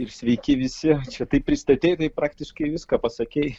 ir sveiki visi čia taip pristatei tai praktiškai viską pasakei